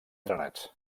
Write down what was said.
drenats